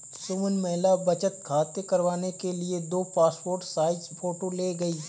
सुमन महिला बचत खाता करवाने के लिए दो पासपोर्ट साइज फोटो ले गई